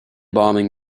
bombing